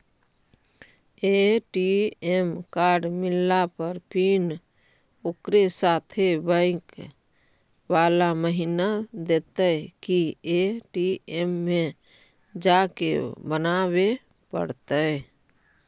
ATM card मिलला पर PIN ओकरे साथे बैक बाला महिना देतै कि ए.टी.एम में जाके बना बे पड़तै?